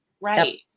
Right